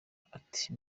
ati